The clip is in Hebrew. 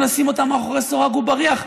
גם לשים אותם מאחורי סורג ובריח,